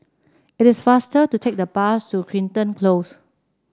it is faster to take the bus to Crichton Close